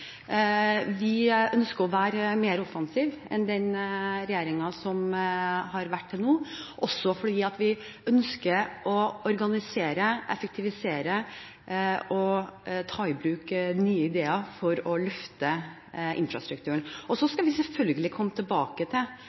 Vi ønsker å være mer offensive enn den regjeringen som har vært til nå, også fordi vi ønsker å organisere, effektivisere og ta i bruk nye ideer for å løfte infrastrukturen. Vi skal selvfølgelig komme tilbake til